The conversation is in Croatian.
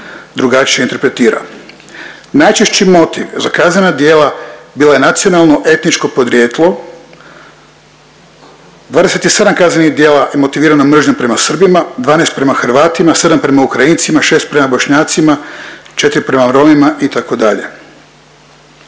drugačije interpretira. Najčešći motiv za kaznena djela bila je nacionalno etničko podrijetlo, 27 kaznenih djela je motivirano mržnjom prema Srbima, 12 prema Hrvatima, 7 prema Ukrajincima, 6 prema Bošnjacima, 4 prema Romima itd.